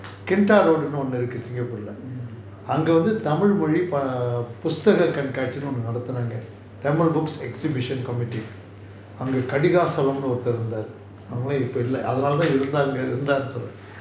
kenta road னு ஒன்னு இருக்கு:nu onnu iruku singapore leh அங்க வந்து:anga vanthu tamil மொழி புஸ்தக கண்காட்சி னு ஒன்னு நடத்துனாங்க:mozhi pusthaga kankaatchi nu onu nadathunanga tamil books exhibition committee அங்க:anga thanigachalam னு ஒருத்தர் இருந்தாங்க அவரு இப்போ இல்ல:nu oruthar irunthaanga avaru ippo illa தான் இருந்தாங்க இருந்தார் னு சொல்றேன்:thaan irunthaanga irunthaar nu solraen